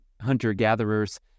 hunter-gatherers